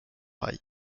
rail